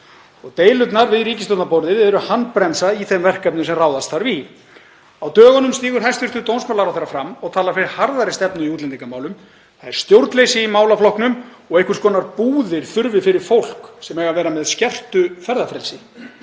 Deilurnar við ríkisstjórnarborðið eru handbremsa í þeim verkefnum sem ráðast þarf í. Á dögunum stígur hæstv. dómsmálaráðherra fram og talar fyrir harðari stefnu í útlendingamálum. Það sé stjórnleysi í málaflokknum og einhvers konar búðir þurfi fyrir fólk sem eigi að vera með skertu ferðafrelsi.